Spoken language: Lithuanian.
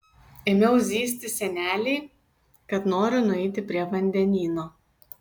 ėmiau zyzti senelei kad noriu nueiti prie vandenyno